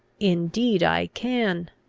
indeed i can,